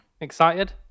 Excited